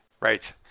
Right